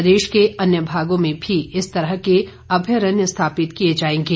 प्रदेश के अन्य भागों में भी इस तरह के अभ्यरण्य स्थापित किए जाएंगे